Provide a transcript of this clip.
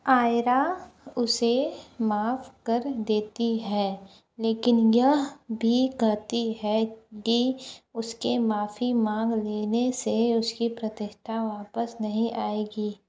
आयरा उसे माफ कर देती है लेकिन यह भी कहती है कि उसके माफी माँग लेने से उसकी प्रतिष्ठा वापस नहीं आएगी